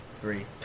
Three